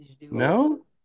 no